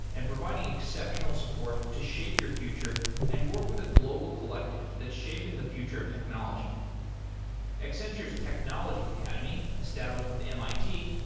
and providing exceptional support to shape your future and work with a global collective that's shaping the future of technology accenture's technology ccademy, established with mit,